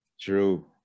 true